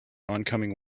oncoming